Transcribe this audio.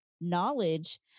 knowledge